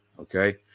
Okay